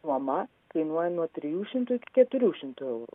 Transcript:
nuoma kainuoja nuo trijų šimtų iki keturių šimtų eurų